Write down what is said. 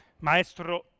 Maestro